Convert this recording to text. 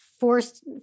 forced